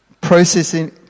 processing